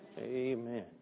Amen